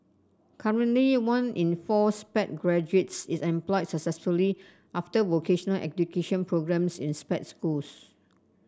currently one in four Sped graduates is employed successfully after vocational education programmes in Sped schools